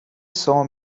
saw